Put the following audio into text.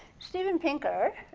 steven pinker,